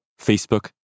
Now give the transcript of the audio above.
Facebook